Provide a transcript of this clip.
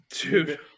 Dude